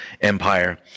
Empire